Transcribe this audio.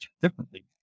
differently